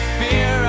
fear